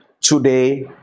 Today